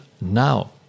now